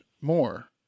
more